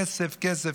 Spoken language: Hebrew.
כסף,